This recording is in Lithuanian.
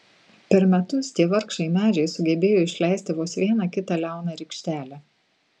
per metus tie vargšai medžiai sugebėjo išleisti vos vieną kitą liauną rykštelę